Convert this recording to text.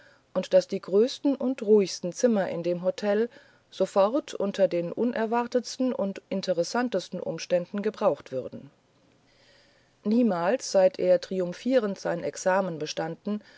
und daß die größten und ruhigsten zimmer in dem hotel sofort unter den unerwartetsten und interessantesten umständen gebrauchtwürden niemals seitdem er triumphierend sein examen bestanden